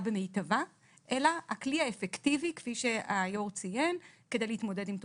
במיטבה אלא הכלי האפקטיבי כפי שהיו"ר ציין כדי להתמודד עם התופעה.